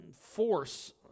force